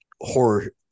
horror